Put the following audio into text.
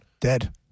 dead